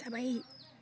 जाबाय